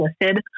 listed